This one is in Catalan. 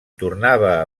tornava